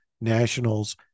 nationals